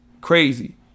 Crazy